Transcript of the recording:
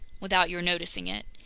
without your noticing it.